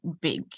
big